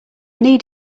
need